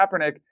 Kaepernick